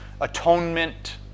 atonement